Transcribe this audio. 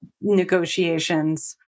negotiations